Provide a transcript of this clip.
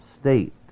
state